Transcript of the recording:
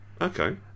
okay